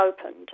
opened